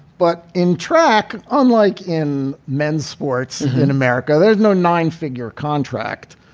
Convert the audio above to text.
but in track, unlike in men's sports in america, there's no nine figure contract.